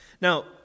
Now